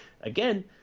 again